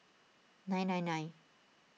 nine nine nine